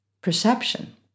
perception